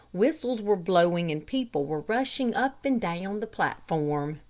whistles were blowing and people were rushing up and down the platform.